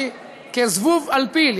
אני כזבוב על פיל,